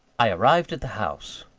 i arrived at the house.